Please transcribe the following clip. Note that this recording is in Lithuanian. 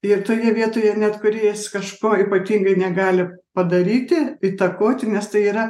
ir toje vietoje net kūrėjas kažko ypatingai negali padaryti įtakoti nes tai yra